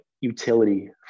utility